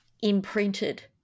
imprinted